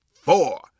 four